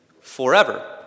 forever